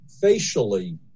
facially